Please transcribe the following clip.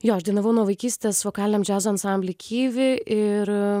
jo aš dainavau nuo vaikystės vokaliniam džiazo ansambly kivi ir